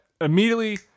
immediately